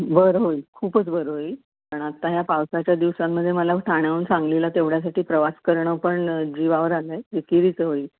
बरं होईल खूपच बरं होईल पण आत्ता ह्या पावसाच्या दिवसांमध्ये मला ठाण्याहून सांगलीला तेवढ्यासाठी प्रवास करणं पण जीवावर आलं आहे एकेरीचं होईल